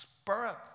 spirit